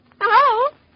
Hello